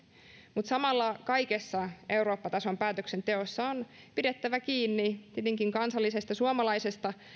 mutta samalla kaikessa eurooppa tason päätöksenteossa on pidettävä kiinni tietenkin kansallisesta suomalaisesta